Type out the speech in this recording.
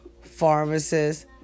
pharmacists